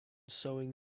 sewing